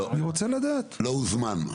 לא הוזמן.